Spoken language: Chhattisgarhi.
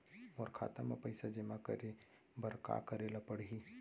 मोर खाता म पइसा जेमा करे बर का करे ल पड़ही?